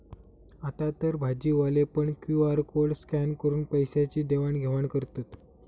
आतातर भाजीवाले पण क्यु.आर कोड स्कॅन करून पैशाची देवाण घेवाण करतत